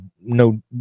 no